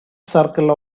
circle